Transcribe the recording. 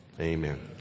amen